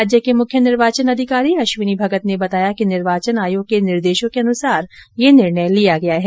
राज्य के मुख्य निर्वाचन अधिकारी अश्विनी भगत ने बताया कि निर्वाचन आयोग के निर्देशों के अनुसार यह निर्णय लिया गया है